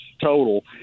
total